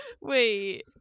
Wait